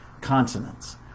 consonants